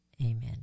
amen